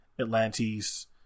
Atlantis